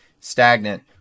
stagnant